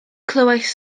clywais